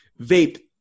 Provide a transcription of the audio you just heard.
vape